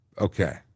Okay